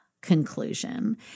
conclusion